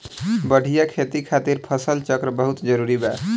बढ़िया खेती खातिर फसल चक्र बहुत जरुरी बा